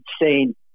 insane